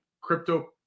crypto